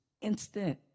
instant